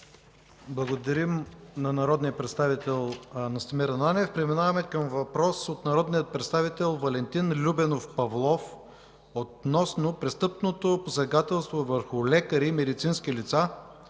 Благодаря на народния представител Настимир Ананиев. Преминаваме към въпрос от народния представител Валентин Любенов Павлов относно престъпното посегателство върху лекари и медицински лица,